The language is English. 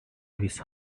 his